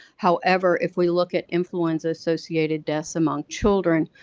however if we look at influenza-associated deaths among children,